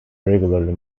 regularly